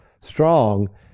strong